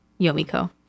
Yomiko